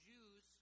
Jews